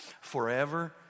forever